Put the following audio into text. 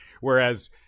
whereas